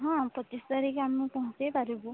ହଁ ପଚିଶ ତାରିଖ ଆମେ ପହଞ୍ଚାଇ ପାରିବୁ